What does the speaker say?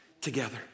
together